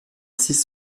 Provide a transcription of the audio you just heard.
six